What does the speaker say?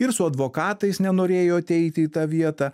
ir su advokatais nenorėjo ateiti į tą vietą